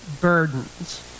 burdens